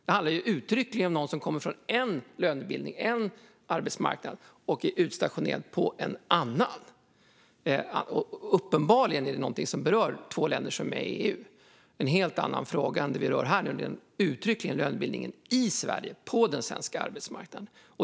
Det handlar uttryckligen om någon som utstationeras från en arbetsmarknad till en annan. Alltså berör det två länder som är med i EU. Det är en helt annan fråga än den vi debatterar nu, nämligen lönebildningen i Sverige på den svenska arbetsmarknaden.